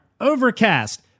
Overcast